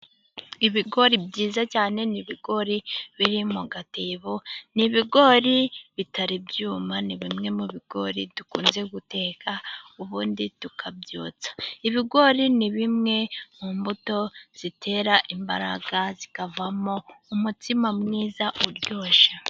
Ibigori byiza cyane ni ibigori biri mu gatebo, ni ibigori bitari byuma ni bimwe mu bigori dukunze guteka ubundi tukabyotsa, ibigori ni bimwe mu mbuto zitera imbaraga zikavamo umutsima mwiza uryoshye.